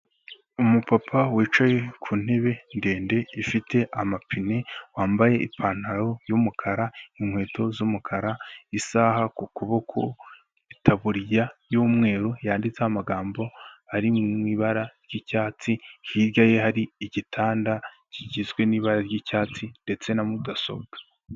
Umupapa wicaye ku ntebe ndende ifite amapine, wambaye ipantaro y'umukara, inkweto z'umukara, isaha ku kuboko, itaburiya y'umweru yanditseho amagambo ari mu ibara ry'icyatsi, hirya ye hari igitanda kigizwe n'ibara ry'icyatsi ndetse na mudasobwa.